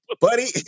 buddy